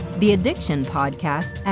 theaddictionpodcast